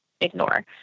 ignore